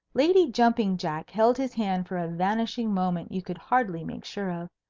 lady jumping jack held his hand for a vanishing moment you could hardly make sure of.